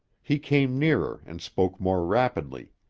he came nearer and spoke more rapidly.